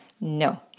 No